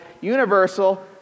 universal